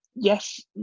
Yes